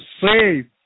save